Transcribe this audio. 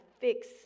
fix